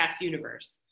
universe